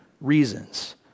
reasons